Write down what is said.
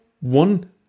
one